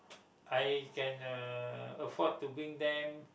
I can uh afford to bring them